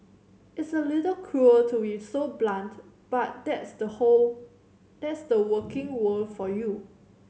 it's a little cruel to be so blunt but that's the whole that's the working world for you